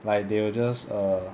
like they will just err